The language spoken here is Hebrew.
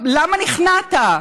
למה נכנעת?